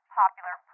popular